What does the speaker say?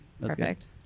Perfect